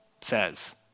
says